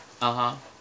(uh huh)